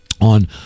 on